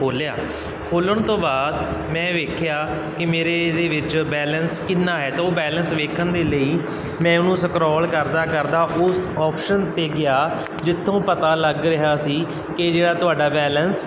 ਖੋਲ੍ਹਿਆ ਖੋਲ੍ਹਣ ਤੋਂ ਬਾਅਦ ਮੈਂ ਵੇਖਿਆ ਕਿ ਮੇਰੇ ਇਹਦੇ ਵਿੱਚ ਬੈਲੈਂਸ ਕਿੰਨਾ ਹੈ ਤਾਂ ਉਹ ਬੈਲੈਂਸ ਵੇਖਣ ਦੇ ਲਈ ਮੈਂ ਉਹਨੂੰ ਸਕਰੋਲ ਕਰਦਾ ਕਰਦਾ ਉਸ ਆਪਸ਼ਨ 'ਤੇ ਗਿਆ ਜਿੱਥੋਂ ਪਤਾ ਲੱਗ ਰਿਹਾ ਸੀ ਕਿ ਜਿਹੜਾ ਤੁਹਾਡਾ ਬੈਲੈਂਸ